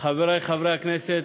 חברי חברי הכנסת,